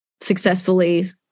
successfully